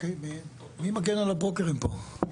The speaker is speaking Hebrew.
מי מגן על הברוקרים פה?